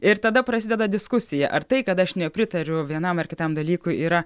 ir tada prasideda diskusija ar tai kad aš nepritariu vienam ar kitam dalykui yra